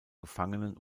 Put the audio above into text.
gefangenen